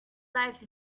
life